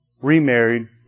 remarried